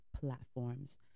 platforms